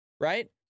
right